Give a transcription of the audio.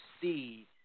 See